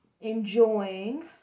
enjoying